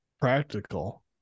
practical